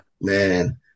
man